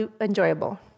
enjoyable